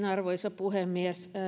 arvoisa puhemies